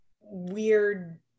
weird